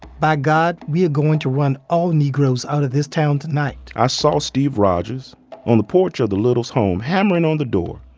by god we are going to run all negroes out of this town tonight. i saw steve rogers on the porch of the lyttles' home, hammering on the door,